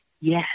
yes